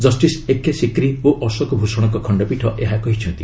justice A K ି ଓ ଅଶୋକଭ୍ୟଷଣଙ୍କ ଖଣ୍ଡପୀଠ ଏହା କହିଛନ୍ତି